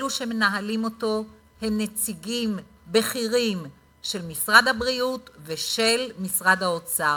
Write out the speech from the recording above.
אלו שמנהלים אותו הם נציגים בכירים של משרד הבריאות ושל משרד האוצר,